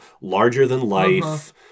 larger-than-life